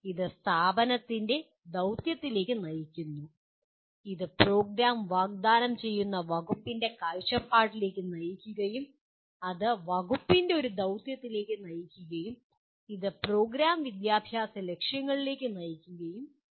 ഇത് സ്ഥാപനത്തിൻ്റെ ദൌത്യത്തിലേക്ക് നയിക്കുന്നു ഇത് പ്രോഗ്രാം വാഗ്ദാനം ചെയ്യുന്ന വകുപ്പിൻ്റെ കാഴ്ചപ്പാടിലേക്ക് നയിക്കുകയും അത് വകുപ്പിൻ്റെ ഒരു ദൌത്യത്തിലേക്ക് നയിക്കുകയും ഇത് പ്രോഗ്രാം വിദ്യാഭ്യാസ ലക്ഷ്യങ്ങളിലേക്ക് നയിക്കുകയും ചെയ്യുന്നു